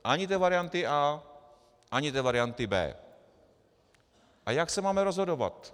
Ani té varianty A, ani té varianty B. A jak se máme rozhodovat?